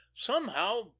Somehow